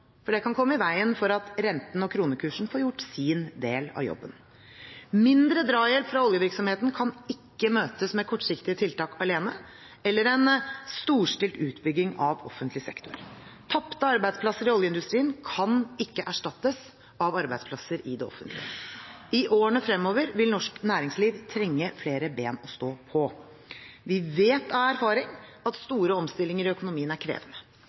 – det kan komme i veien for at renten og kronekursen får gjort sin del av jobben. Mindre drahjelp fra oljevirksomheten kan ikke møtes med kortsiktige tiltak alene, eller en storstilt utbygging av offentlig sektor. Tapte arbeidsplasser i oljeindustrien kan ikke erstattes av arbeidsplasser i det offentlige. I årene fremover vil norsk næringsliv trenge flere ben å stå på. Vi vet av erfaring at store omstillinger i økonomien er krevende.